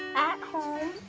at home.